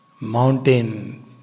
Mountain